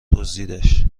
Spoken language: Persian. دزدیدش